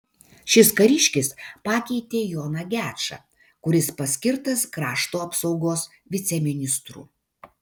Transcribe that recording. šis kariškis pakeitė joną gečą kuris paskirtas krašto apsaugos viceministru